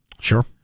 Sure